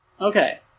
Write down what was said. Okay